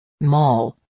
Mall